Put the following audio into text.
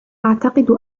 أعتقد